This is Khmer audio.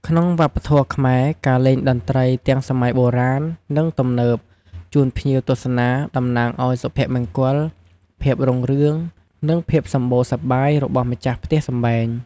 ក្នុងវប្បធម៌ខ្មែរ ការលេងតន្ត្រីទាំងសម័យបុរាណ និង ទំនើបជូនភ្ញៀវទស្សនាតំណាងឱ្យសុភមង្គល ភាពរុងរឿង និងភាពសម្បូរសប្បាយរបស់ម្ចាស់ផ្ទះសម្បែង។